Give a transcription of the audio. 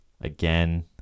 Again